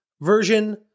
version